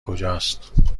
کجاست